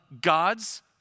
God's